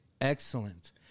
excellent